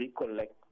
recollect